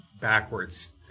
backwards